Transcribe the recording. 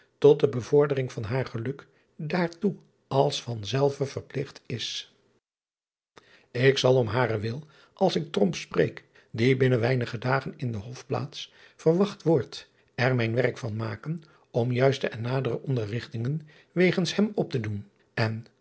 tot de bevordering van haar geluk daartoe als van zelve verpligt is k zal om haren wil als ik spreek die binnen weinige dagen in de osplaats verwacht wordt er mijn werk van maken om juiste en nadere onderrigtingen wegens hem op te doen en